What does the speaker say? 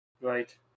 Right